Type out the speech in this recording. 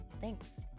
thanks